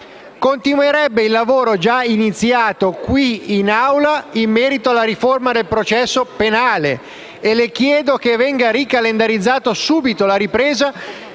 continuerebbe il lavoro già iniziato qui in Aula in merito alla riforma del processo penale, di cui le chiedo che venga ricalendarizzato subito, alla ripresa